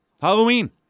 Halloween